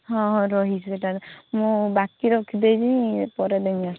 ହଁ ହଁ ରହିଛି ସେଠାରେ ମୁଁ ବାକି ରଖିଦେବି ପରେ ଦେବା